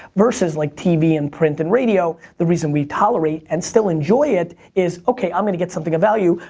versus like tv and print and radio, the reason we tolerate and still enjoy it is, okay, i'm gonna get something of value.